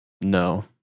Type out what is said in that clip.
No